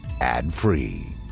ad-free